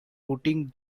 putting